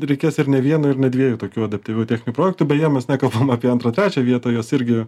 reikės ir ne vieno ir ne dviejų tokių adaptyvių techninių projektų beje mes nekalbam apie antrą trečią vietą jos irgi